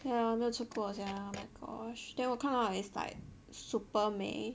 ya 我没有吃过 sia oh my gosh then 我看到 is like super 美